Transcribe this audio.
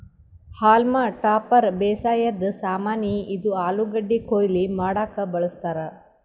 haulm topper ಬೇಸಾಯದ್ ಸಾಮಾನಿ, ಇದು ಆಲೂಗಡ್ಡಿ ಕೊಯ್ಲಿ ಮಾಡಕ್ಕ್ ಬಳಸ್ತಾರ್